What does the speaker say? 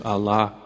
Allah